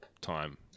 time